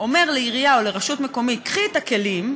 אומר לעירייה או לרשות מקומית: קחי את הכלים,